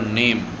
name